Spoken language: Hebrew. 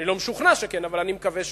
אני לא משוכנע שכן, אבל אני מקווה שכן.